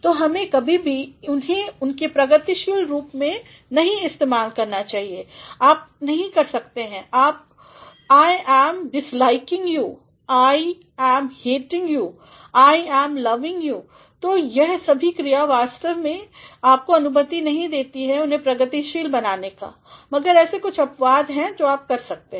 तो हमें कभीभी उन्हें उनके प्रगतिशील रूप में नहीं इस्तेमाल करना चाहिए आप नहीं कह सकते हैं I am disliking you I am hating you I am loving you तो यह सभी क्रिया वास्तव में यह आपको अनुमति नही देतीं हैं उन्हें प्रगतिशील बनाने का मगर ऐसे कुछ अपवाद हैं जब आप कर सकते हैं